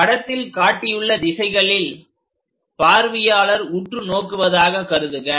படத்தில் காட்டியுள்ள திசைகளில் பார்வையாளர் உற்று நோக்குவதாக கருதுக